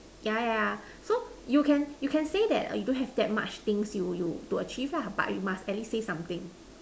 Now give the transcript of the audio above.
yeah yeah so you can you can say that you don't have that much things you you to achieve lah but you must at least say something